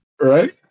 Right